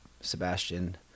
Sebastian